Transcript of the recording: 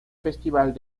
festival